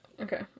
Okay